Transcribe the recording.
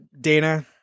Dana